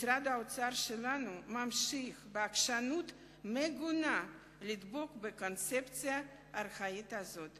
משרד האוצר שלנו ממשיך בעקשנות מגונה לדבוק בקונספציה ארכאית זו.